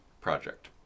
project